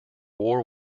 war